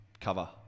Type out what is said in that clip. cover